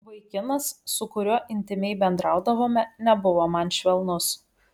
vaikinas su kuriuo intymiai bendraudavome nebuvo man švelnus